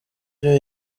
byo